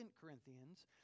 Corinthians